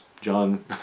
John